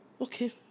Okay